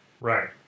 Right